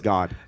God